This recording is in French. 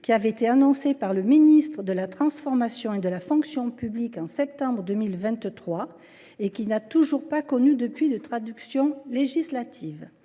qui avait été annoncée par le ministre de la transformation et de la fonction publiques en septembre 2023 et qui n’a pas connu depuis lors de traduction législative.